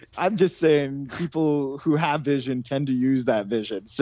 i'm just saying people who have vision tend to use that vision. so